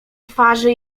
twarzy